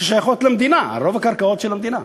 ששייכות למדינה, רוב הקרקעות של המדינה.